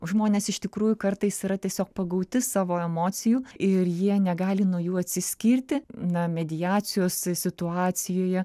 žmonės iš tikrųjų kartais yra tiesiog pagauti savo emocijų ir jie negali nuo jų atsiskirti na mediacijos situacijoje